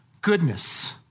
goodness